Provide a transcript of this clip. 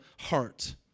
heart